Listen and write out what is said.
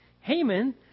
Haman